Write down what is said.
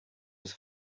was